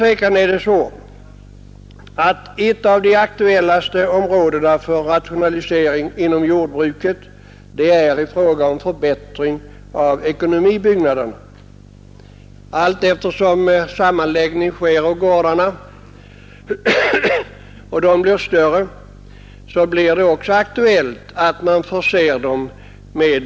En av de mest aktuella åtgärderna när det gäller rationaliseringen inom jordbruket är utan tvivel en förbättring av ekonomibyggnaderna. Allteftersom sammanläggningen av jordbruk fortskrider och gårdarna blir större blir det aktuellt med större byggnader.